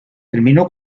terminó